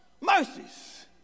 Mercies